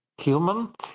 human